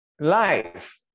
life